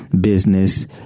business